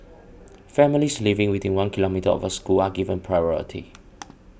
families living within one kilometre of a school are given priority